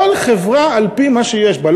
כל חברה על-פי מה שיש בה.